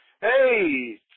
Hey